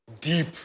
deep